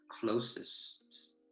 closest